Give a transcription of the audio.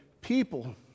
people